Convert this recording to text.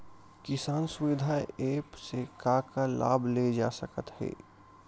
किसान सुविधा एप्प से का का लाभ ले जा सकत हे?